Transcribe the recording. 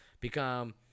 become